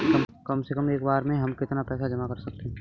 कम से कम एक बार में हम कितना पैसा जमा कर सकते हैं?